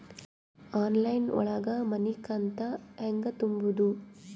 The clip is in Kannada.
ಆನ್ಲೈನ್ ಒಳಗ ಮನಿಕಂತ ಹ್ಯಾಂಗ ತುಂಬುದು?